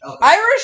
Irish